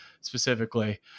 specifically